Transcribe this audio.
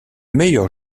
meilleur